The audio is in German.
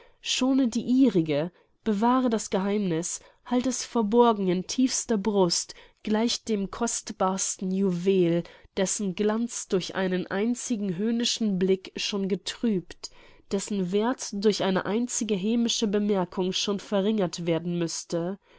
schone die ihrige bewahre das geheimniß halt es verborgen in tiefster brust gleich dem kostbarsten juwel dessen glanz durch einen einzigen höhnischen blick schon getrübt dessen werth durch eine einzige hämische bemerkung schon verringert werden müßte